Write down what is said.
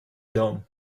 dome